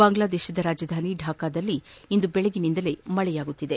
ಬಾಂಗ್ಲಾದೇಶದ ರಾಜಧಾನಿ ಢಾಕಾದಲ್ಲಿ ಇಂದು ಬೆಳಗಿನಿಂದಲೇ ಮಳೆಯಾಗುತ್ತಿದೆ